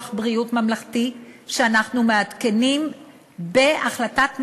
בריאות ממלכתי שאנחנו מעדכנים בהחלטת ממשלה,